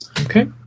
Okay